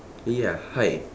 ya hi